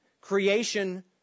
Creation